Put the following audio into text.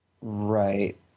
Right